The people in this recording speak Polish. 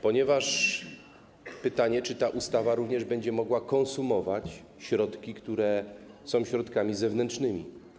Pytanie, czy ta ustawa również będzie mogła konsumować środki, które są środkami zewnętrznymi.